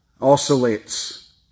oscillates